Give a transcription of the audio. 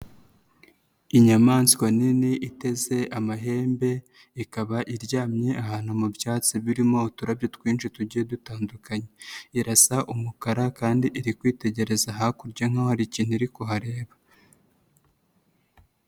Inyamaswa nini iteze amahembe ikaba iryamye ahantu mu byatsi birimo uturabyo twinshi tugiye dutandukanye, irasa umukara kandi iri kwitegereza hakurya k'aho hari ikintu iri kuhareba.